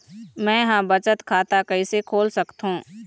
मै ह बचत खाता कइसे खोल सकथों?